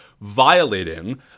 violating